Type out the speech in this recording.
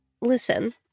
Listen